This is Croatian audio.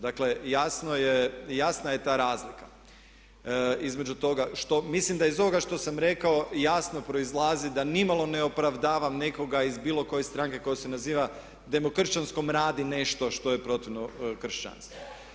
Dakle, jasna je ta razlika između toga što, mislim da iz ovoga što sam rekao jasno proizlazi da nimalo ne opravdavam nekoga iz bilo koje stranke ko se naziva demokršćanskom radi nešto što je protivno kršćanstvu.